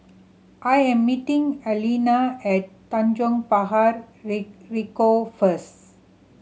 I am meeting Alaina at Tanjong Ricoh first